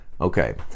Okay